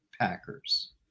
Packers